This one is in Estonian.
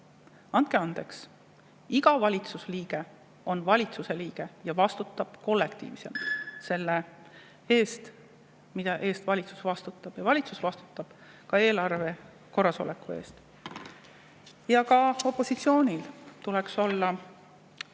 Andke andeks! Iga valitsusliige on valitsuse liige ja vastutab kollektiivselt selle eest, mille eest valitsus vastutab, ja valitsus vastutab ka eelarve korrasoleku eest. Ka opositsioonil tuleks olla